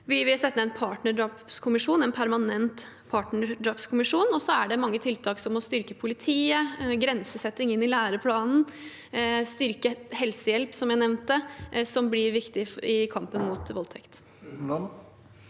Vi vil sette ned en permanent partnerdrapskommisjon. Så er det mange tiltak, som å styrke politiet, få grensesetting inn i læreplanen og styrket helsehjelp, som jeg nevnte, som blir viktig i kampen mot voldtekt.